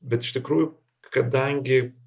bet iš tikrųjų kadangi